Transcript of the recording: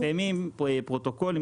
מתפרסמים פרוטוקולים,